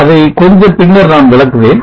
அதை கொஞ்சம் பின்னர் நான் விளக்குவேன்